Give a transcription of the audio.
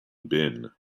bin